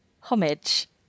homage